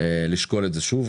לשקול את זה שוב.